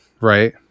right